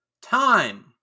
time